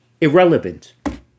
irrelevant